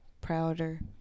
prouder